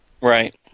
Right